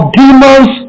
demons